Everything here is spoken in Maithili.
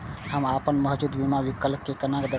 हम अपन मौजूद बीमा विकल्प के केना देखब?